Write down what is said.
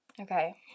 Okay